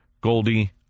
Goldie